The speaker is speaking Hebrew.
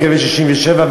קווי 67',